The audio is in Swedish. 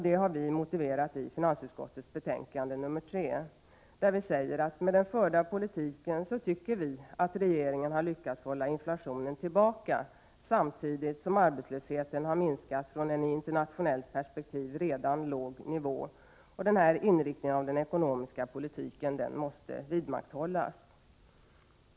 Det har vi motiverat i finansutskottets betänkande nr 3, där vi säger att ”regeringen med den förda politiken lyckats hålla tillbaka inflationen samtidigt som arbetslösheten har minskat från en i ett internationellt perspektiv redan låg nivå”. Denna inriktning av den ekonomiska politiken måste vidmakthållas.